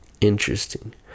Interesting